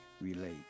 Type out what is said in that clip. relate